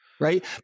right